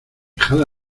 dejad